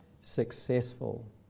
successful